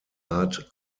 art